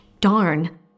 darn